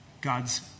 God's